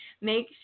Make